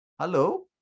Hello